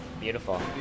Beautiful